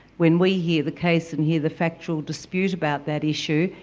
when we hear the case and hear the factual dispute about that issue,